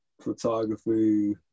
photography